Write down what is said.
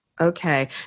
Okay